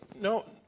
no